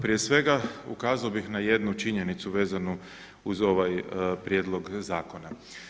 Prije svega ukazao bih na jednu činjenicu vezanu uz ovaj prijedlog zakona.